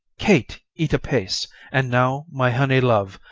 kate, eat apace and now, my honey love,